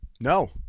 No